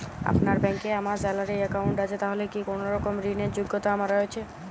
আপনার ব্যাংকে আমার স্যালারি অ্যাকাউন্ট আছে তাহলে কি কোনরকম ঋণ র যোগ্যতা আমার রয়েছে?